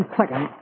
second